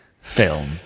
film